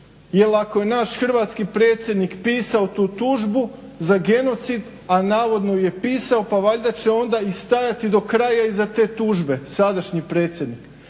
Jel ako je naš hrvatski predsjednik pisao tu tužbu za genocid, a navodno ju je pisao, pa valjda će onda stajati do kraja iza te tužbe, sadašnji predsjednik.